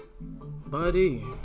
buddy